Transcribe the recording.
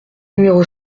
numéro